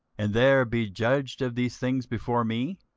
and there be judged of these things before me?